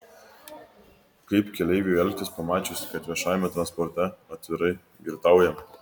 kaip keleiviui elgtis pamačius kad viešajame transporte atvirai girtaujama